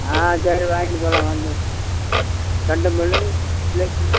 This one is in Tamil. ஆ சரி வாங்கிகிட்டு போகலாம் வந்து கெண்டை மீன் ஜிலேபி